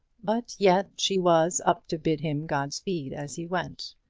but yet she was up to bid him godspeed as he went.